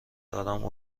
دارم